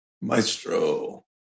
maestro